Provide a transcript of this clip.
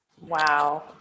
wow